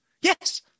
yes